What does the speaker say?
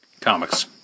comics